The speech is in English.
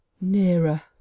Nearer